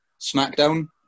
Smackdown